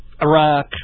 Iraq